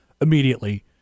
immediately